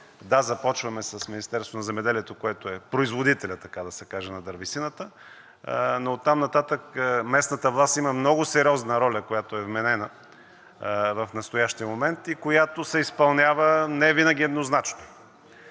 Да, започваме с Министерството на земеделието, което е производителят, така да се каже, на дървесината, но оттам нататък местната власт има много сериозна роля, която е вменена в настоящия момент и която се изпълнява невинаги еднозначно.